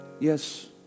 yes